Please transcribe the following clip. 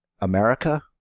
America